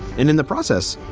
and in the process,